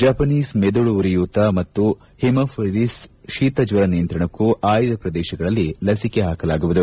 Japanese ಮೆದಿಳು ಉರಿಯೂತ ಮತ್ತು ಹಿಮೋಫಿಲಿಸ್ ಶೀತಜ್ವರ ನಿಯಂತ್ರಣಕ್ಕೂ ಆಯ್ದ ಪ್ರದೇಶಗಳಲ್ಲಿ ಲಸಿಕೆ ಪಾಕಲಾಗುವುದು